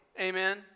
Amen